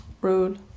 Rude